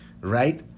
right